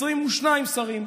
22 שרים,